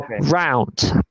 round